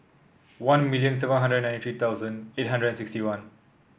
one million seven hundred ninety three thousand eight hundred and sixty one